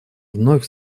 вновь